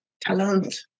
talent